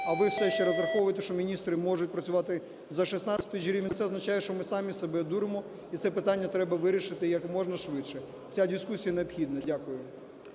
а ви все ще розраховуєте, що міністри можуть працювати за 16 тисяч гривень, це означає, що ми самі себе дуримо і це питання треба вирішити як можна швидше. Ця дискусія необхідна. Дякую.